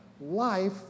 life